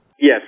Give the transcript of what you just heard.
Yes